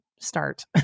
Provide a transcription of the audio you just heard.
start